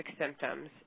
symptoms